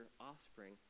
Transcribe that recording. offspring